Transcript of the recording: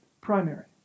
primary